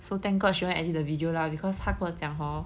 so thank god she wanna edit the video lah because 她跟我讲 hor